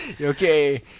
Okay